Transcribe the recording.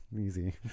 Easy